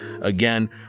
again